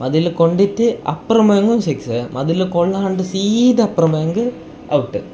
മതിൽ കൊണ്ടിട്ട് അപ്പുറം പോയെങ്കിൽ സിക്സ് മതിൽ കൊള്ളാണ്ട് അപ്പുറം പോയെങ്കിൽ ഔട്ട്